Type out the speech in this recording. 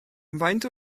faint